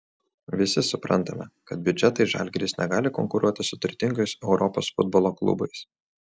visi suprantame kad biudžetais žalgiris negali konkuruoti su turtingais europos futbolo klubais